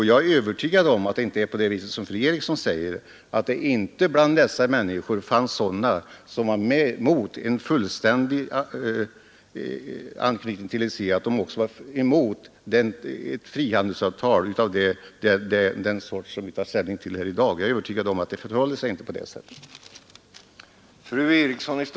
Jag är övertygad om att det inte förhåller sig så, som fru Eriksson i Stockholm säger, nämligen att det bland de människor, som var emot en fullständig anknytning till EEC, inte fanns sådana som också var emot ett frihandelsavtal av den sort som vi tar ställning till i dag. Jag är helt övertygad om att det inte förhåller sig på det sättet.